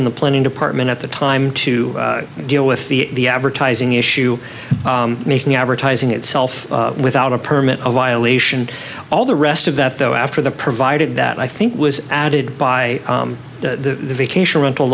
in the planning department at the time to deal with the advertising issue making advertising its without a permit of violation all the rest of that though after the provided that i think was added by the vacation rental